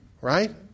right